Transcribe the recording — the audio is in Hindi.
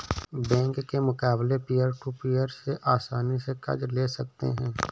बैंक के मुकाबले पियर टू पियर से आसनी से कर्ज ले सकते है